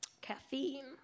caffeine